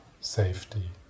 safety